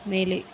மேலே